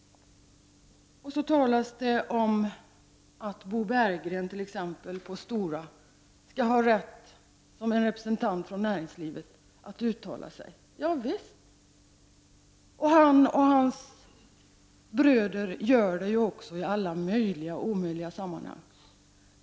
Det talas också om att t.ex. Bo Berggren på STORA som representant för näringslivet skall ha rätt att uttala sig. Ja visst. Han och hans bröder gör det ju också i alla möjliga och omöjliga sammanhang.